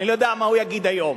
אני לא יודע מה הוא יגיד היום,